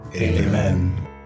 Amen